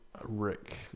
Rick